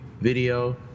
video